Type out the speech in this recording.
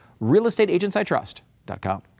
realestateagentsitrust.com